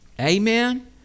amen